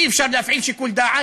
אי-אפשר להפעיל שיקול דעת?